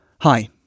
Hi